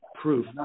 proof